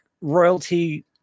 royalty